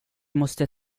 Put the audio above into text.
måste